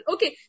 Okay